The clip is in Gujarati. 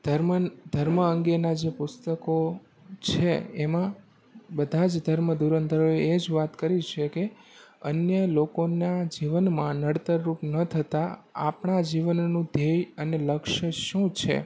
ધર્મ ધર્મ અંગેનાં જે પુસ્તકો છે એમાં બધા જ ધર્મધુરંધરોએ એ જ વાત કરી છે કે અન્ય લોકોનાં જીવનમાં નડતરરુપ ન થતાં આપણાં જીવનનું ધ્યેય અને લક્ષ્ય શું છે